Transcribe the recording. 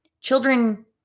Children